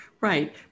Right